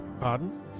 Pardon